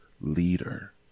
leader